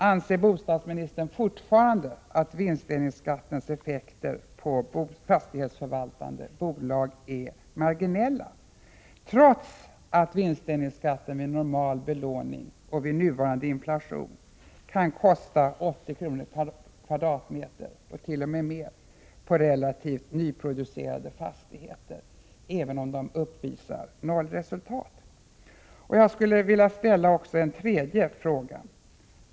Anser bostadsministern fortfarande att vinstdelningsskattens effekter på fastighetsförvaltande bolag är marginella, trots att vinstdelningsskatten vid normal belåning och nuvarande inflation kan kosta 80 kr. eller mer per kvadratmeter i relativt nyproducerade fastigheter, även om bolagen uppvisar nollresultat? Jag vill ställa också en tredje fråga: 3.